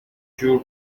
جور